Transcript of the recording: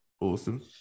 Awesome